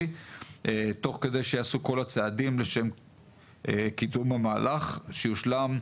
תוך כדי שיעשו כל הצעדים לשם קידום המהלך שיושלם,